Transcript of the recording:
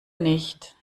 nicht